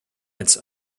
its